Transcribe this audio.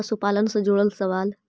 पशुपालन से जुड़ल सवाल?